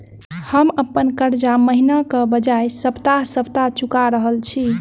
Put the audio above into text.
हम अप्पन कर्जा महिनाक बजाय सप्ताह सप्ताह चुका रहल छि